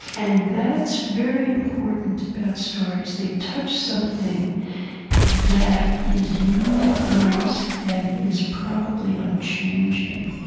and that's very important about stories. they touch something that is human in us and is probably unchanging.